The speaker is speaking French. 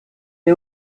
est